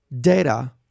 data